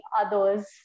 others